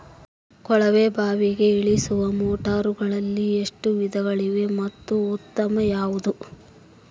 ಕೊಳವೆ ಬಾವಿಗೆ ಇಳಿಸುವ ಮೋಟಾರುಗಳಲ್ಲಿ ಎಷ್ಟು ವಿಧಗಳಿವೆ ಮತ್ತು ಉತ್ತಮ ಯಾವುದು?